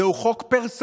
זהו חוק פרסונלי,